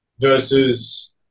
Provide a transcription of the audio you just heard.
Versus